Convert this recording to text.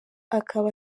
akaba